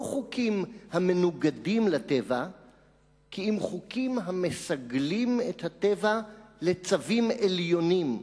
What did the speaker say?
לא חוקים המנוגדים לטבע כי אם חוקים המסגלים את הטבע לצווים עליונים,